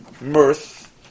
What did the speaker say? mirth